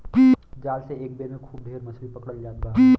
जाल से एक बेर में खूब ढेर मछरी पकड़ल जात बा